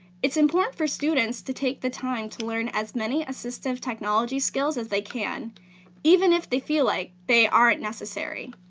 it's important for students to take the time to learn as many assistive technology skills as they can even if they feel like they aren't necessary.